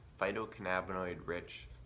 phytocannabinoid-rich